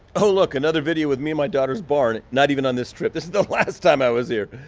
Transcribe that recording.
oh look another video with me in my daughter's barn not even on this trip. this is the last time i was here.